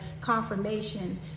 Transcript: confirmation